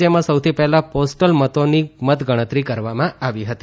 જેમાં સૌથી પહેલાં પોસ્ટલ મતોની મતગણતરી કરવામાં આવી હતી